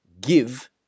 give